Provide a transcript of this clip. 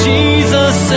Jesus